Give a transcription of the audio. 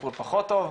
טיפול פחות טוב?